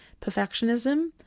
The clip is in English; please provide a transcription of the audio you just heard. perfectionism